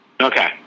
Okay